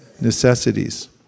necessities